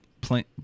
plain